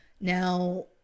Now